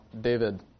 David